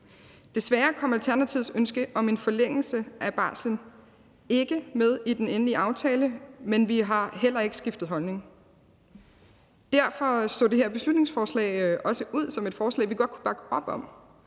Desværre kom Alternativets ønske om en forlængelse af barslen ikke med i den endelige aftale, men vi har heller ikke skiftet holdning. Derfor så det her beslutningsforslag også ud som et forslag, vi godt kunne bakke op om